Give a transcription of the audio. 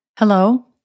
Hello